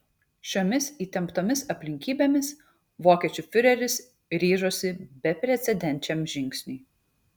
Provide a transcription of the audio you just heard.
šiomis įtemptomis aplinkybėmis vokiečių fiureris ryžosi beprecedenčiam žingsniui